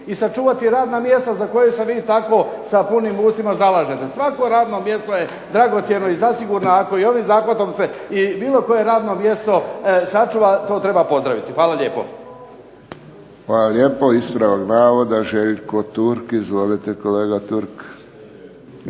i sačuvati radna mjesta za koja se vi tako sa punim ustima zalažete. Svako radno mjesto je dragocjeno i zasigurno ako i ovim zahvatom se i bilo koje radno mjesto sačuva to treba pozdraviti. Hvala lijepo. **Friščić, Josip (HSS)** Hvala lijepo. Ispravak navoda, Željko Turk. Izvolite kolega Turk.